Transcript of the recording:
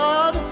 God